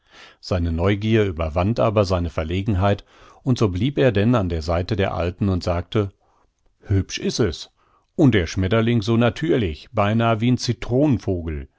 seine neugier überwand aber seine verlegenheit und so blieb er denn an der seite der alten und sagte hübsch is es un der schmetterling so natürlich beinah wie'n